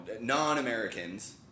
non-Americans